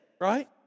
right